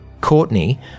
Courtney